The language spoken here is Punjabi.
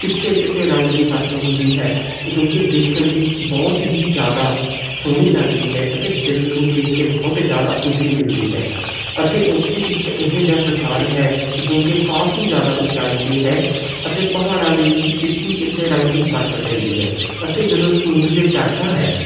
ਚਿੱਟੇ ਚਿੱਟੇ ਰੰਗ ਦੀ ਬਰਫ ਹੁੰਦੀ ਹੈ ਜੋ ਕਿ ਦੇਖਣ ਦੇ ਵਿੱਚ ਬਹੁਤ ਹੀ ਜ਼ਿਆਦਾ ਸੋਹਣੀ ਲੱਗਦੀ ਹੈ ਅਤੇ ਦਿਲ ਨੂੰ ਦੇਖ ਕੇ ਬਹੁਤ ਜ਼ਿਆਦਾ ਖੁਸ਼ੀ ਮਿਲਦੀ ਹੈ ਅਤੇ ਉੱਥੇ ਇੱਕ ਇਹੋ ਜਿਹਾ ਸਥਾਨ ਹੈ ਜੋ ਕਿ ਕਾਫੀ ਜ਼ਿਆਦਾ ਉੱਚਾਈ 'ਤੇ ਹੈ ਅਤੇ ਪਹਾੜਾਂ ਦੇ ਵਿੱਚ ਚਿੱਟੀ ਚਿੱਟੇ ਰੰਗ ਦੀ ਬਰਫ ਪੈਂਦੀ ਹੈ ਅਤੇ ਜਦੋਂ ਸੂਰਜ ਚੜ੍ਹਦਾ ਹੈ